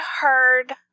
heard